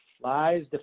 Lies